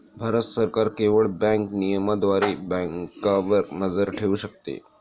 भारत सरकार केवळ बँक नियमनाद्वारे बँकांवर नजर ठेवू शकते